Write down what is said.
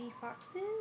foxes